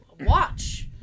watch